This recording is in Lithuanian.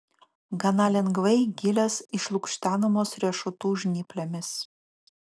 gana lengvai gilės išlukštenamos riešutų žnyplėmis